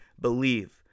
believe